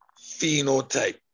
phenotype